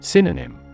Synonym